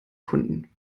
kunden